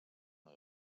una